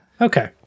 Okay